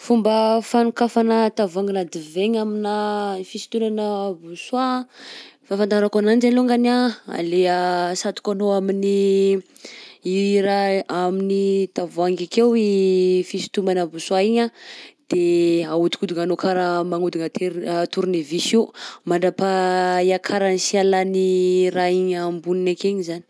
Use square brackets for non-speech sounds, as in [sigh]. Fomba fanokafana tavoahanginà divaigna aminà fisintonana bosoa anh, fahafantarako ananjy alongany anh [hesitation] le asatokanao amin'ny i raha amin'ny tavoahangy akeo i fisintomana bosoa iny anh de ahodinkodinanao karaha magnodina ter- [hesitation] tournevis io mandrapa-iakarany sy ialan'ny raha igny amboniny akegny zany.